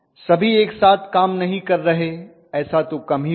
सभी एक साथ काम नहीं कर रहे ऐसा तो कम ही होगा